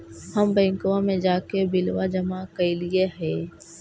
हम बैंकवा मे जाके बिलवा जमा कैलिऐ हे?